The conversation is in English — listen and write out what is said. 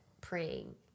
praying